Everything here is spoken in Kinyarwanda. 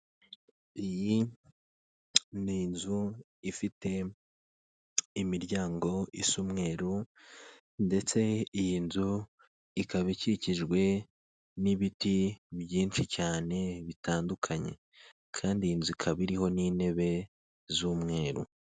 Iyi ni inzu ifite imiryango isa umweru ndetse iyi nzu ikaba ikikijwe n'ibiti byinshi cyane bitandukanye, kandi iyi inzu ikaba iriho n'intebe z'umweru.